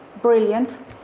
brilliant